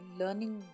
learning